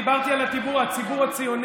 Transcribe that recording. דיברתי על הציבור הציוני,